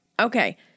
Okay